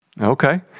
Okay